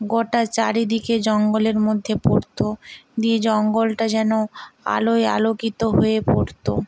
গোটা চারিদিকে জঙ্গলের মধ্যে পড়তো দিয়ে জঙ্গলটা যেন আলোয় আলোকিত হয়ে পড়তো